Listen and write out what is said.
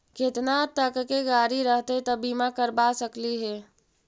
केतना तक के गाड़ी रहतै त बिमा करबा सकली हे?